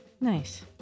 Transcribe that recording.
nice